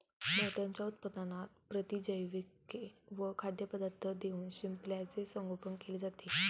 मोत्यांच्या उत्पादनात प्रतिजैविके व खाद्यपदार्थ देऊन शिंपल्याचे संगोपन केले जाते